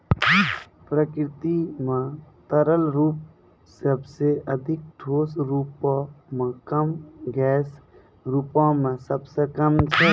प्रकृति म तरल रूप सबसें अधिक, ठोस रूपो म कम, गैस रूपो म सबसे कम छै